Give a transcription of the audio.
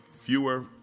fewer